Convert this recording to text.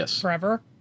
forever